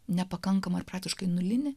nepakankama ir praktiškai nulinė